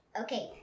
Okay